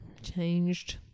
Changed